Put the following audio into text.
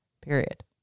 period